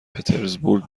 پترزبورگ